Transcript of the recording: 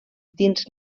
dins